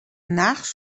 nachts